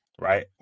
right